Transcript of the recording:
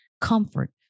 comfort